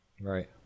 Right